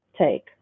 take